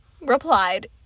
replied